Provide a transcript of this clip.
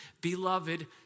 beloved